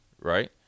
right